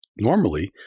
normally